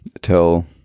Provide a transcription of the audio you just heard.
till